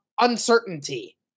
uncertainty